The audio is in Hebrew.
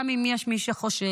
גם אם יש מי שחושב,